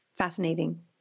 Fascinating